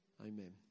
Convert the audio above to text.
Amen